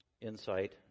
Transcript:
insight